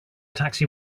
taxi